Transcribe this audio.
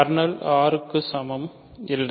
kernel R க்கு சமம் இல்லை